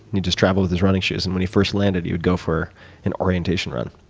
he'd just travel with his running shoes. and when he first landed, he'd go for an orientation run.